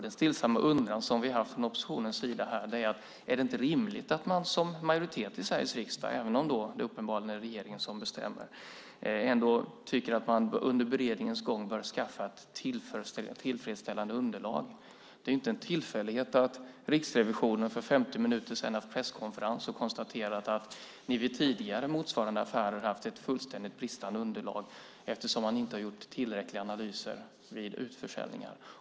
Den stillsamma undran som vi haft från oppositionens sida är: Är det inte rimligt att man som majoritet i Sveriges riksdag, även om det uppenbarligen är regeringen som bestämmer, tycker att man under beredningens gång bör skaffa tillfredsställande underlag? Det är ju inte en tillfällighet att Riksrevisionen för 50 minuter sedan hade en presskonferens där man konstaterade att ni vid tidigare motsvarande affärer haft ett fullständigt bristande underlag eftersom man inte har gjort tillräckliga analyser vid utförsäljningar.